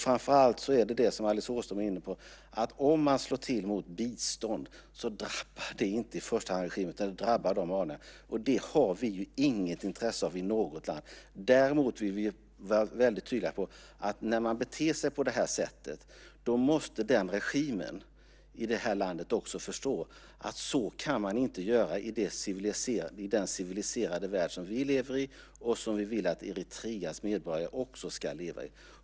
Framför allt är det så som Alice Åström var inne på; om man slår till mot bistånd så drabbar det inte i första hand regimen utan de vanliga människorna. Det har vi inget intresse av i något land. Däremot vill vi vara tydliga när det gäller att om man beter sig på det här sättet så måste regimen i landet också förstå att man inte kan göra så i den civiliserade värld som vi lever i och som vi vill att Eritreas medborgare också ska leva i.